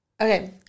Okay